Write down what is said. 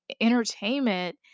entertainment